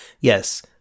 Yes